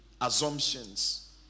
assumptions